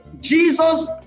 Jesus